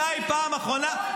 מתי פעם אחרונה?